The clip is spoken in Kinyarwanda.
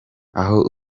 aho